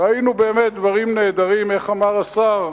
ראינו באמת דברים נהדרים, איך אמר השר?